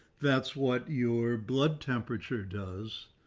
that's what your blood temperature does.